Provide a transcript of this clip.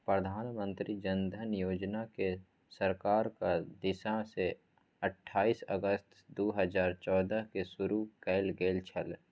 प्रधानमंत्री जन धन योजनाकेँ सरकारक दिससँ अट्ठाईस अगस्त दू हजार चौदहकेँ शुरू कैल गेल छल